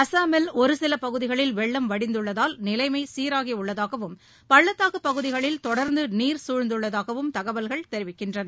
அசாமில் ஒருசிலப் பகுதிகளில் வெள்ளம் வடிந்துள்ளதால் நிலைமைசீராகிஉள்ளதாகவும் பள்ளத்தாக்குப் பகுதிகளில் தொடர்ந்துநீர் குழ்ந்துள்ளதாகவும் தகவல்கள் தெரிவிக்கின்றன